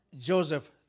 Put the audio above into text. Joseph